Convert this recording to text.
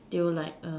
they will like